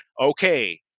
okay